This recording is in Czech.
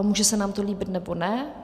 Může se nám to líbit, nebo ne.